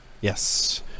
Yes